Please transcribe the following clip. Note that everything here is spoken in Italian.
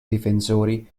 difensori